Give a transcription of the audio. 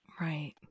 Right